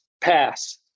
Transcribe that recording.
pass